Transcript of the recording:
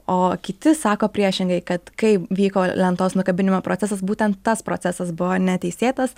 o kiti sako priešingai kad kai vyko lentos nukabinimo procesas būtent tas procesas buvo neteisėtas